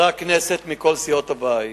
חברי הכנסת מכל סיעות הבית